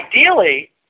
ideally